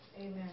Amen